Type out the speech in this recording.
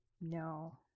No